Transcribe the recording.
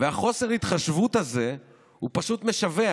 וחוסר ההתחשבות הוא פשוט משווע.